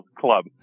Club